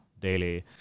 daily